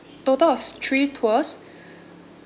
total of three tours